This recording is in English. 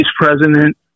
president